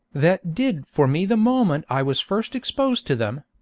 that did for me the moment i was first exposed to them